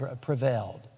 prevailed